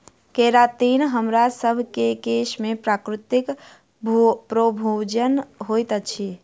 keratin हमरासभ केँ केश में प्राकृतिक प्रोभूजिन होइत अछि